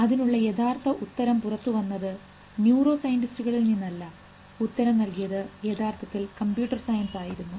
അതിനുള്ള ആദ്യ ഉത്തരം പുറത്തുവന്നത് ന്യൂറോ സയൻറിസ്റ്റ്കളിൽ നിന്നല്ല ഉത്തരം നൽകിയത് യഥാർത്ഥത്തിൽ കമ്പ്യൂട്ടർ സയൻസ് ആയിരുന്നു